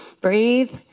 breathe